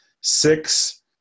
six